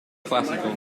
classical